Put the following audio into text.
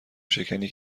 شکنی